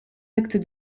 actes